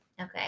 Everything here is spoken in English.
Okay